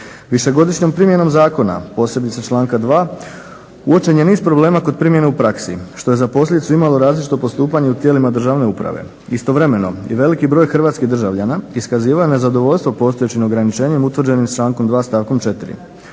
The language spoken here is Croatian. Višegodišnjom primjenom zakona posebice članka 2. uočen je niz problema kod primjene u praksi što je za posljedicu imalo različito postupanje u tijelima državne uprave. Istovremeno i veliki broj hrvatskih državljana iskaziva nezadovoljstvo postojećim ograničenjem utvrđenim člankom 2. stavkom 4.